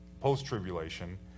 post-tribulation